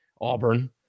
Auburn